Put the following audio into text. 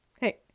hey